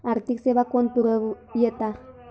आर्थिक सेवा कोण पुरयता?